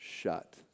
shut